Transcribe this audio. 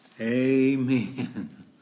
Amen